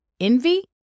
envy